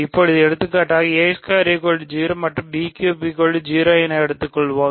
இப்போது எடுத்துக்காட்டாக0 மற்றும் என எடுத்துக் கொள்வோம்